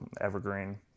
Evergreen